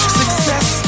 success